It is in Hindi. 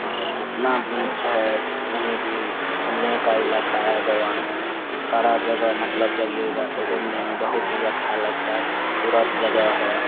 मतलब जितना बीच है कहीं भी घूमने का इलाक़ा है गोआ में सारा जगह मतलब जाइएगा तो घूमने में बहुत ही अच्छा लगता है ख़ूबसूरत जगह है